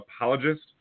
apologist